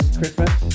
Christmas